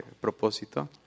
propósito